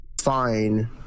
fine